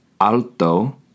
Alto